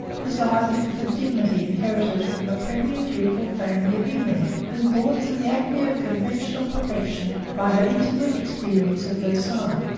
presided with a dignity inherited from the premier ducal family of england and brought to the acme of conventional perfection by her intimate experience of versailles.